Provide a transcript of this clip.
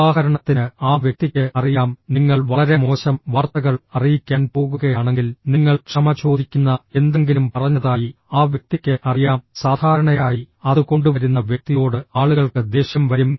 ഉദാഹരണത്തിന് ആ വ്യക്തിക്ക് അറിയാം നിങ്ങൾ വളരെ മോശം വാർത്തകൾ അറിയിക്കാൻ പോകുകയാണെങ്കിൽ നിങ്ങൾ ക്ഷമ ചോദിക്കുന്ന എന്തെങ്കിലും പറഞ്ഞതായി ആ വ്യക്തിക്ക് അറിയാം സാധാരണയായി അത് കൊണ്ടുവരുന്ന വ്യക്തിയോട് ആളുകൾക്ക് ദേഷ്യം വരും